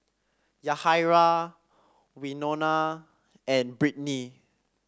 Yahaira Wynona and Brittney